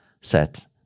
set